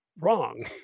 wrong